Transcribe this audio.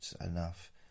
enough